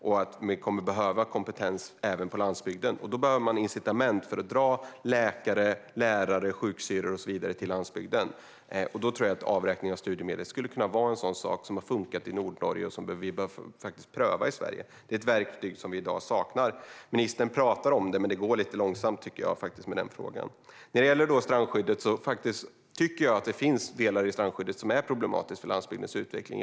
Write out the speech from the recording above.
Det kommer att behövas kompetens även på landsbygden. Då behövs incitament för att dra läkare, lärare, sjuksyrror och så vidare till landsbygden. Avräkningen av studiemedel kan vara en sådan sak. Den har funkat i Nordnorge, och vi bör pröva denna form i Sverige. Det är ett verktyg som i dag saknas. Ministern har pratat om det, men det går lite långsamt i frågan. Jag tycker att det finns delar i strandskyddet som är problematiska för landsbygdens utveckling.